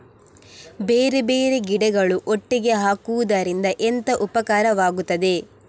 ಬೇರೆ ಬೇರೆ ಗಿಡಗಳು ಒಟ್ಟಿಗೆ ಹಾಕುದರಿಂದ ಎಂತ ಉಪಕಾರವಾಗುತ್ತದೆ?